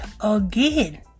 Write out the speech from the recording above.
again